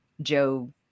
Joe